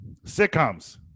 Sitcoms